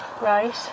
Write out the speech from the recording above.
Right